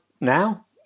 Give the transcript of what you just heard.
now